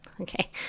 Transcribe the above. Okay